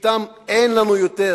שאתן אין לנו יותר